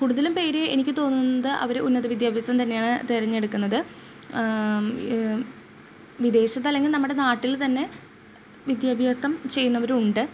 കൂടുതലും പേർ എനിക്ക് തോന്നുന്നത് അവർ ഉന്നത വിദ്യാഭ്യാസം തന്നെയാണ് തിരഞ്ഞെടുക്കുന്നത് വിദ്ദേശത്ത് അല്ലെങ്കിൽ നമ്മുടെ നാട്ടിൽ തന്നെ വിദ്യാഭ്യാസം ചെയ്യുന്നവരും ഉണ്ട്